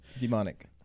Demonic